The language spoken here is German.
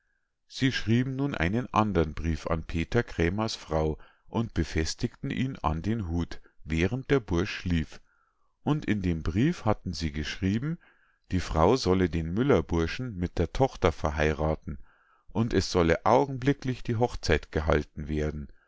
sie schrieben nun einen andern brief an peter krämers frau und befestigten ihn an den hut während der bursch schlief und in dem brief hatten sie geschrieben die frau solle den müllerburschen mit der tochter verheirathen und es solle augenblicklich die hochzeit gehalten werden